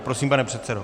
Prosím, pane předsedo.